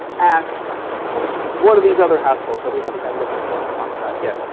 at one of these other households that we haven't had much of a chance to talk about yet.